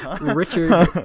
Richard